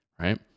right